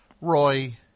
Roy